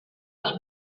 les